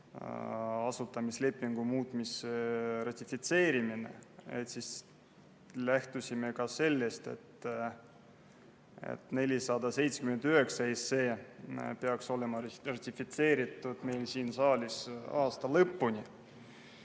asutamislepingu muutmise ratifitseerimine. Lähtusime sellest, et 479 SE peaks olema ratifitseeritud meil siin saalis enne aasta lõppu.